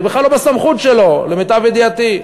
זה בכלל לא בסמכות שלו למיטב ידיעתי,